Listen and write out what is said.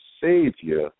savior